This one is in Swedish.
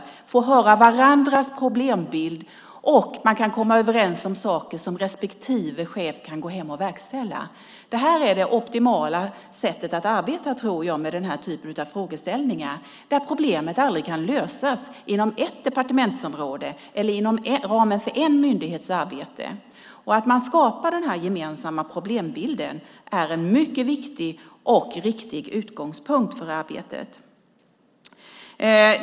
De får höra varandras problembilder, och de kan komma överens om saker som respektive chef kan gå hem och verkställa. Jag tror att detta är det optimala sättet att arbeta med denna typ av frågeställningar där problemet aldrig kan lösas inom ett departementsområde eller inom ramen för en myndighets arbete. Att man skapar denna gemensamma problembild är en mycket viktig och riktig utgångspunkt för arbetet.